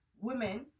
women